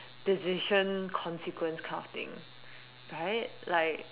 decision consequence kind of thing right like